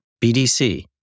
BDC